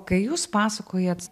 kai jūs pasakojat